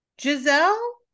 Giselle